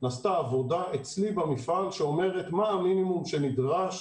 נעשתה עבודה אצלי במפעל שאומרת מה המינימום שנדרש